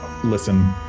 Listen